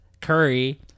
Curry